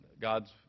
God's